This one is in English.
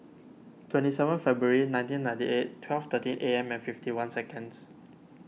twenty seven February nineteen ninety eight twelve thirteen A M and fifty one seconds